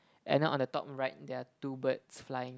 and then on the top right there are two birds flying